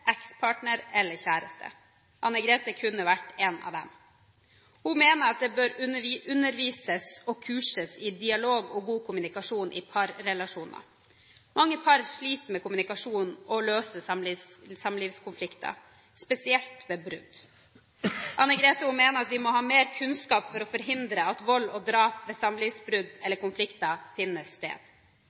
partner/ekspartner eller kjæreste. Anne Grethe kunne vært en av dem. Hun mener at det bør undervises og kurses i dialog og god kommunikasjon i parrelasjoner. Mange par sliter med kommunikasjon og å løse samlivskonflikter, spesielt ved brudd. Anne Grethe mener at vi må ha mer kunnskap for å forhindre at vold og drap ved samlivsbrudd eller -konflikter finner sted.